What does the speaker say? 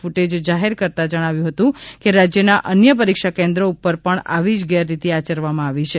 ક્ટેજ જાહેર કરતા જણાવ્યું હતું કે રાજ્યના અન્ય પરીક્ષા કેન્દ્રો ઉપર પણ આવી જ ગેરરીતિ આચરવામાં આવી છે